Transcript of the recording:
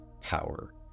power